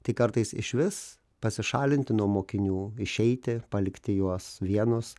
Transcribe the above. tai kartais išvis pasišalinti nuo mokinių išeiti palikti juos vienus